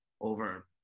over